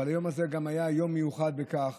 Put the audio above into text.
היום הזה היה מיוחד בכך